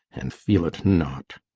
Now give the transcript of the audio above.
and feel't not